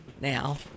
now